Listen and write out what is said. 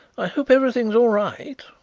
i hope everything is all right?